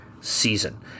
season